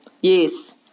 Yes